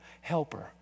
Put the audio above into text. helper